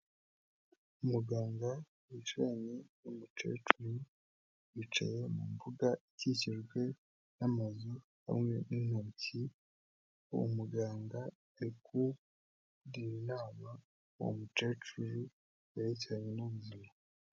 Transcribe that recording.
Umuganga wicaranye n'umukecuru bicaye mu mbuga ikikijwe n'amazu hamwe n'intoki, uwo muganga ari kugira inama uwo mukecuru yerekeranye n'umuzima.